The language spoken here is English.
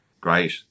Great